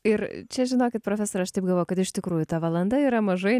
ir čia žinokit profesore aš taip galvoju kad iš tikrųjų ta valanda yra mažai